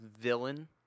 villain